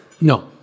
No